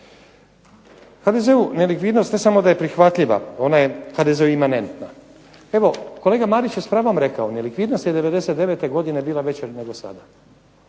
HDZ-u nelikvidnost ne samo da je prihvatljiva, ona je HDZ-u imanentna. Evo kolega Marić je s pravom rekao nelikvidnost je '99. godine bila veća nego sada.